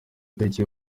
itariki